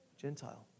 Gentile